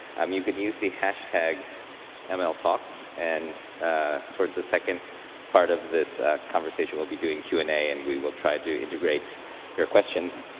um you can use the hashtag um ah mltalks, and towards the second part of this conversation, we'll be doing q and a. and we will try to integrate your questions.